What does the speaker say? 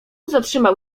zatrzymał